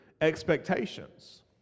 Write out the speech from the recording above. expectations